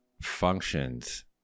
functions